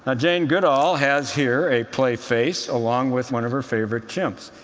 ah jane goodall has here a play face along with one of her favorite chimps.